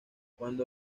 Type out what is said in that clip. cuando